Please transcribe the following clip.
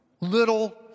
Little